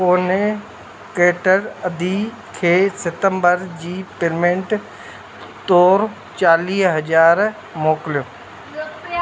कोने केटर अदी खे सितंबर जी पेमेंट तौरु चालीह हज़ार मोकिलियो